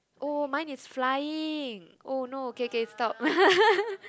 oh mine is flying oh no k k stop